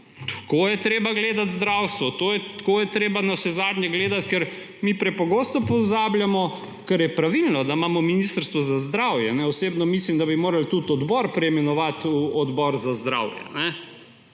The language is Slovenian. Tako je treba gledati zdravstvo, tako je treba navsezadnje gledati, ker mi prepogosto pozabljamo, ker je pravilno, da imamo Ministrstvo za zdravje. Osebno mislim, da bi morali tudi odbor preimenovati v Odbor za zdravje,